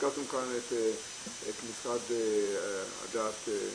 הזכרתם כאן את המשרד לשירותי דת,